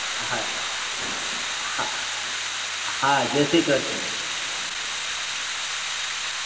હા હા હા જયશ્રી કૃષ્ણ